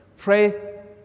Pray